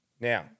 Now –